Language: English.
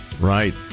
Right